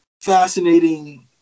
fascinating